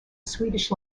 swedish